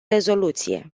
rezoluție